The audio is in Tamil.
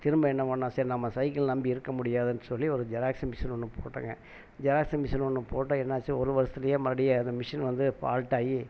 திரும்ப என்ன பண்ணிணோம் சரி நம்ம சைக்கிள் நம்பி இருக்க முடியாதுன்னு சொல்லி ஒரு ஜெராக்ஸ் மிஷின் ஒன்று போட்டங்க ஜெராக்ஸ் மிஷின் ஒன்று போட்டு என்ன ஆச்சு ஒரு வருஷத்துலேயே மறுபடி அந்த மிஷின் வந்து ஃபால்ட்டாகி